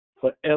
forever